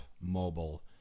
mobile